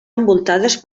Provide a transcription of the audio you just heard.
envoltades